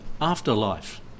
afterlife